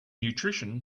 nutrition